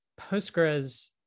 Postgres